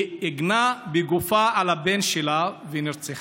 היא הגנה בגופה על הבן שלה והיא נרצחה.